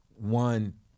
one